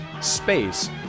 space